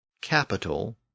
Capital